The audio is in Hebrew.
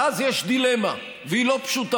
ואז יש דילמה, והיא לא פשוטה,